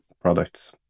products